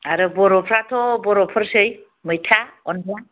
आरो बर'फ्राथ' बर'फोरसै मैथा अनद्ला